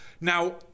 Now